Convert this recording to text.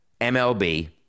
MLB